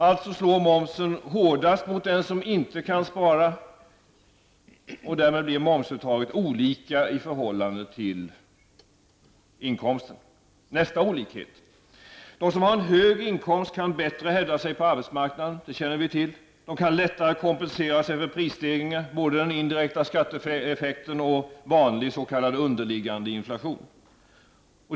Momsen slår alltså hårdast mot dem som inte kan spara, och därmed blir momsuttaget olika i förhållande till inkomsten. Sedan nästa olikhet. De som har höga inkomster kan bättre hävda sig på arbetsmarknaden; detta känner vi till. De kan lättare kompensera sig för prisstegringar både när det gäller den indirekta skatteeffekten och vanlig s.k. underliggande inflation.